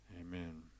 Amen